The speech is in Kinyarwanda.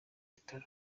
bitaro